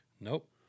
Nope